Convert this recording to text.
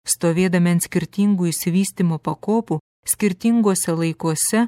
stovėdami ant skirtingų išsivystymo pakopų skirtinguose laikuose